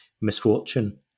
Misfortune